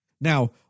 Now